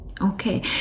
Okay